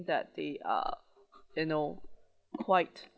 that they are you know quite